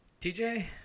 TJ